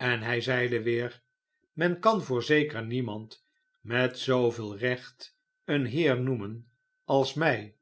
en hij zeide weer menkan voorzeker niemand met zooveel recht een heer noemen als mij